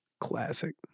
Classic